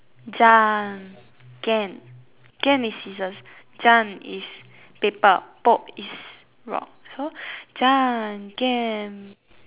is scissors is paper is rock so